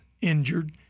injured